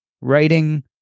writing